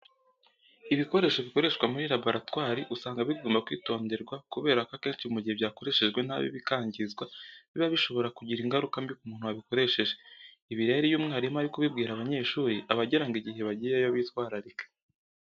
Ibikoresho bikoreshwa muri laboratwari, usanga bigomba kwitonderwa kubera ko akenshi mu gihe byakoreshejwe nabi bikangizwa, biba bishobora kugira ingaruka mbi ku muntu wabikoresheje. Ibi rero iyo umwarimu ari kubibwira abanyeshuri aba agira ngo igihe bagiyeyo bitwararike.